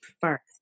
first